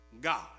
God